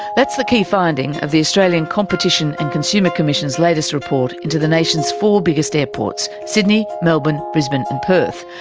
that's the key finding of the australian competition and consumer commission's latest report into the nation's four biggest airports sydney, melbourne, brisbane and perth,